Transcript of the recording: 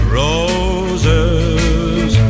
roses